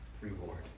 reward